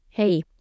Hey